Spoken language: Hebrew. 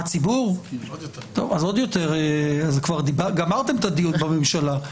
הציבור, אז עוד יותר, כבר גמרתם את הדיון בממשלה.